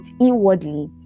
inwardly